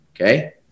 okay